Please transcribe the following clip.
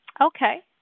okay